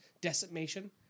decimation